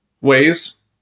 ways